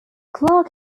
clark